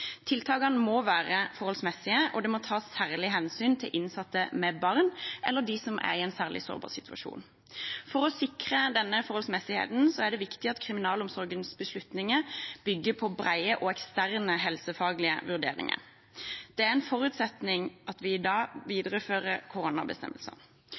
Tiltakene må være forholdsmessige, og det må tas særlig hensyn til innsatte med barn eller de som er i en særlig sårbar situasjon. For å sikre denne forholdsmessigheten er det viktig at kriminalomsorgens beslutninger bygger på brede og eksterne helsefaglige vurderinger. Det er en forutsetning at vi